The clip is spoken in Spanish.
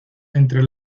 entre